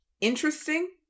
interesting